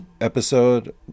episode